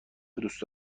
دوست